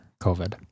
COVID